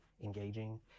engaging